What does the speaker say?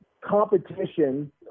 competition